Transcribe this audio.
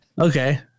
Okay